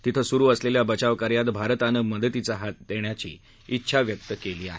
तिथे सुरु असलेल्या बचावकार्यत भारतानं मदतीचा हात देण्याची छिछा व्यक्त केली आहे